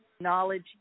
knowledge